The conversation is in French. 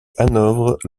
hanovre